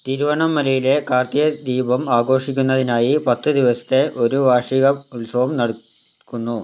തിരുവണ്ണാമലയിലെ കാർത്തിക ദീപം ആഘോഷിക്കുന്നതിനായി പത്തുദിവസത്തെ ഒരു വാർഷിക ഉത്സവം നടക്കുന്നു